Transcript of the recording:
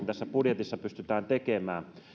tässä budjetissa pystytään tekemään